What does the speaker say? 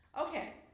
Okay